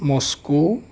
Moscow